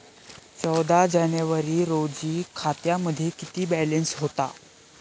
चौदा जानेवारी रोजी खात्यामध्ये किती बॅलन्स होता?